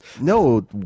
No